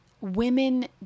women